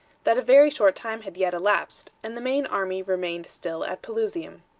that a very short time had yet elapsed, and the main army remained still at pelusium.